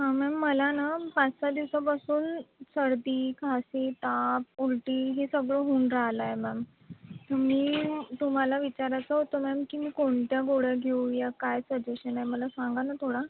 हां मॅम मला ना पाचसहा दिवसांपासून सर्दी खांसी ताप उलटी हे सगळं होऊन राहिलं आहे मॅम तुम्ही तुम्हाला विचारायचं होतं मॅम की मी कोणत्या गोळ्या घेऊ या काय सजेशन आहे मला सांगा ना थोडं